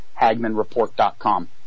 HagmanReport.com